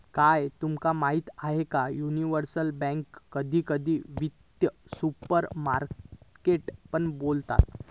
काय तुमका माहीत हा की युनिवर्सल बॅन्केक कधी कधी वित्तीय सुपरमार्केट पण बोलतत